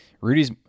Rudy's